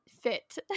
fit